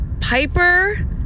Piper